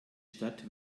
stadt